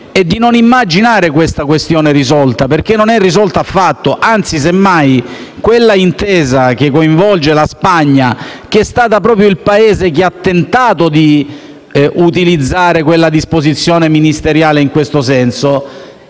di non immaginare che tale questione sia risolta, perché non lo è affatto. Anzi, semmai, l'intesa che coinvolge la Spagna, che è stata proprio il Paese che ha tentato di utilizzare quella disposizione ministeriale in questo senso,